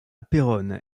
péronne